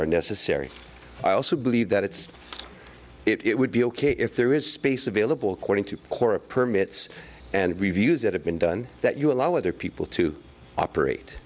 are necessary i also believe that it's it would be ok if there is space available cording to pour a permits and reviews that have been done that you allow other people to operate